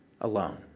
alone